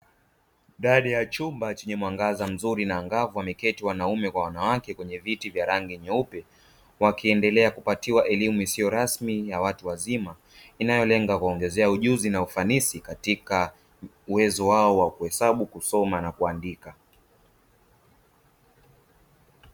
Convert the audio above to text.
Ndani ya chumba chenye mwangaza mzuri na angavu wameketi wanaume kwa wanawake kwenye viti vya rangi nyeupe, wakiendelea kupatiwa elimu isiyo rasmi ya watu wazima, inayolenga kuongeza ujuzi na ufanisi katika uwezo wao wa kuhesabu, kusoma na kuandika.